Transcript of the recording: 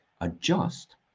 adjust